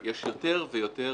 יש יותר ויותר,